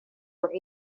were